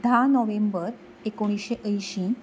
धा नोव्हेंबर एकोणिशें अंयशीं